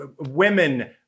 women